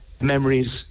memories